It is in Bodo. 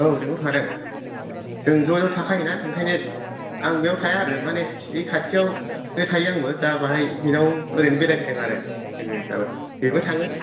औ लेंहर खादों जों ज'ज' थाखायोना ओंखायनो आं बेयाव थाया आरो माने बै खाथियावनो थायो आंबो दा बाहाय बेनाव ओरैनो बेराय फैदों आरो लोगो हिसाबै बेबो थाङो